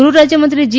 ગૃહ રાજ્યમંત્રી જી